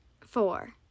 Four